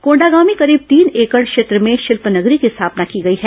कोंडागांव में करीब तीन एकड़ क्षेत्र में शिल्पनगरी की स्थापना की गई है